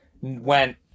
went